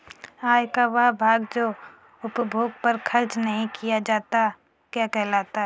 आय का वह भाग जो उपभोग पर खर्च नही किया जाता क्या कहलाता है?